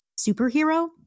superhero